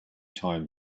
time